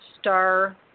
star